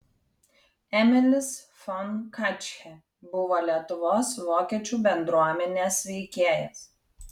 emilis fon katchė buvo lietuvos vokiečių bendruomenės veikėjas